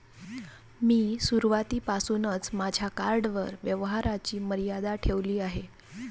मी सुरुवातीपासूनच माझ्या कार्डवर व्यवहाराची मर्यादा ठेवली आहे